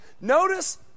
Notice